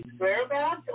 whereabouts